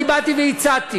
ואז אני באתי והצעתי: